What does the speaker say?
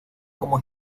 como